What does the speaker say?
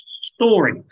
story